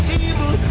evil